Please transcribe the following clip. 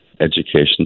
education